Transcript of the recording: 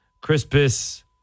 Crispus